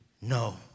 No